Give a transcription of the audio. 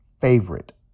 favorite